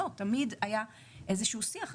לא, תמיד היה איזשהו שיח.